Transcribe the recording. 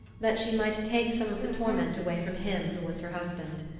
that she might take some of the torment away from him who was her husband.